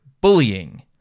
bullying